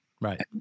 Right